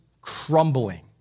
crumbling